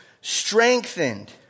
strengthened